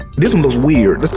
this one looks weird,